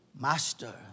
master